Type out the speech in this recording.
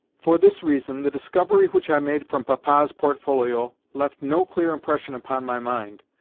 for this reason, the discovery which i made from papa's portfolio left no clear impression upon my mind,